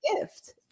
gift